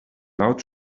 loud